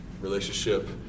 Relationship